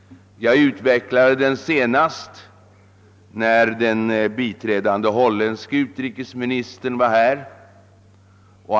Jag utvecklade den senast när den biträdande holländske utrikesministern var här.